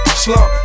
slump